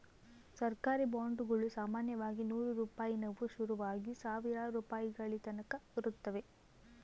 ಸರ್ಕಾರಿ ಬಾಂಡುಗುಳು ಸಾಮಾನ್ಯವಾಗಿ ನೂರು ರೂಪಾಯಿನುವು ಶುರುವಾಗಿ ಸಾವಿರಾರು ರೂಪಾಯಿಗಳತಕನ ಇರುತ್ತವ